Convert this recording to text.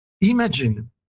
Imagine